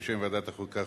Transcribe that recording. בשם ועדת החוקה,